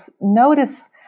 notice